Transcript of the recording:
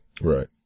Right